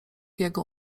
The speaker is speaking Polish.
jego